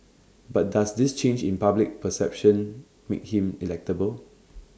but does this change in public perception make him electable